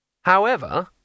However